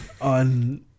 on